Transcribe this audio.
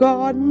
God